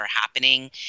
happening